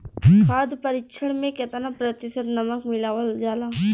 खाद्य परिक्षण में केतना प्रतिशत नमक मिलावल जाला?